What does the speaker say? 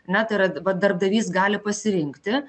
ne tai yra vat darbdavys gali pasirinkti